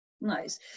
Nice